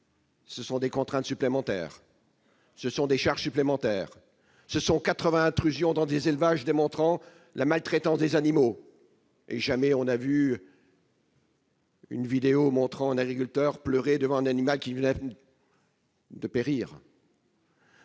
ce sont des contraintes supplémentaires, des charges supplémentaires, 80 intrusions dans des élevages pour démontrer la maltraitance des animaux ! En revanche, jamais on n'a diffusé de vidéo montrant un agriculteur pleurer devant un animal qui venait de périr.